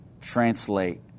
translate